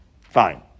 Fine